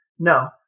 No